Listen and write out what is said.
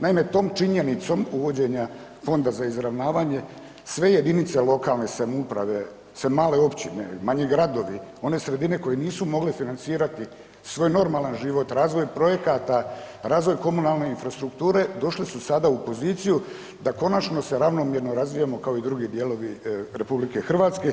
Naime, tom činjenicom uvođenja Fonda za izravnavanje sve JLS, sve male općine, manji gradovi, one sredine koje nisu mogle financirati svoj normalan život, razvoj projekata, razvoj komunalne infrastrukture, došle su sada u poziciju da konačno se ravnomjerno razvijamo kao i drugi dijelovi RH.